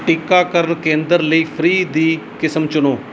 ਟੀਕਾਕਰਨ ਕੇਂਦਰ ਲਈ ਫ੍ਰੀ ਦੀ ਕਿਸਮ ਚੁਣੋ